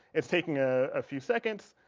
it's taking a ah few seconds